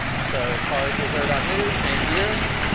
so car equals ure dot new, paint year,